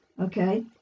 okay